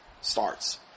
starts